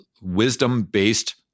wisdom-based